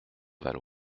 valois